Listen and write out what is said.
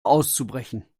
auszubrechen